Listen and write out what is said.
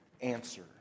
answer